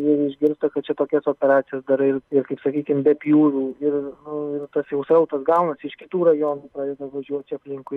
jie išgirsta kad čia tokias operacijas darai ir ir kaip sakykim be pjūvių ir nu ir tas jau srautas gaunasi iš kitų rajonų pradeda važiuot čia aplinkui